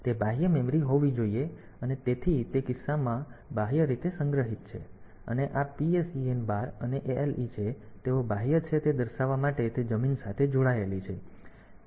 તેથી તે બાહ્ય મેમરી હોવી જોઈએ અને તેથી તે કિસ્સાઓમાં કોડ બાહ્ય રીતે સંગ્રહિત છે અને આ PSEN બાર અને ALE છે તેથી તેઓ બાહ્ય છે તે દર્શાવવા માટે તે જમીન સાથે જોડાયેલ છે